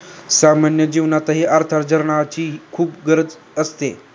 सामान्य जीवनातही अर्थार्जनाची खूप गरज असते